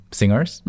singers